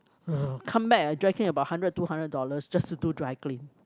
ugh come back I dry clean about hundred two hundred dollars just to do dry clean